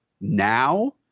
now